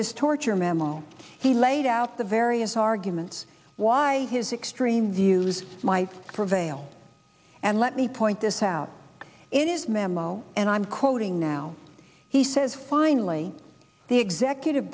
this torture memo he laid out the various arguments why his extreme views might prevail and let me point this out in his memo and i'm quoting now he says finally the executive